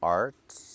arts